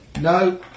No